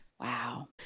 Wow